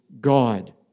God